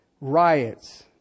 Riots